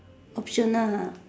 optional !huh!